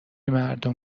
مردم